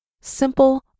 Simple